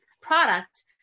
product